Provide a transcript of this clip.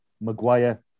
Maguire